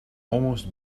almost